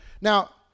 Now